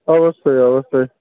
অবশ্যই অবশ্যই